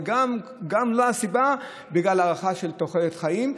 וגם לא בגלל ההארכה של תוחלת חיים,